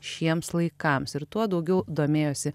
šiems laikams ir tuo daugiau domėjosi